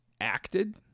acted